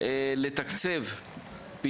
לתקצב בהקדם,